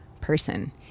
person